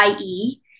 IE